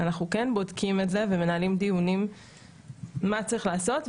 אנחנו כן בודקים את זה ומנהלים דיונים מה צריך לעשות.